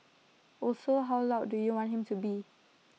also how loud do you want him to be